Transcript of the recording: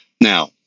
Now